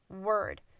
word